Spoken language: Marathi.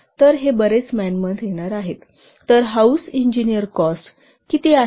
तर हे बरेच मॅन मंथ येणार आहेत तर हाऊस इंजिनर कॉस्ट किती आहे